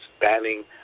banning